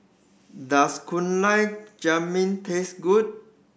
does Gulab Jamun taste good